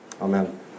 Amen